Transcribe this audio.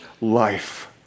life